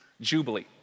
Jubilee